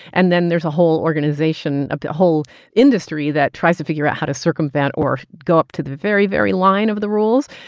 and then there's a whole organization, a whole industry that tries to figure out how to circumvent or go up to the very, very line of the rules.